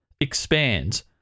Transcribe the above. Expands